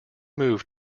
moved